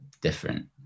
different